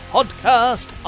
Podcast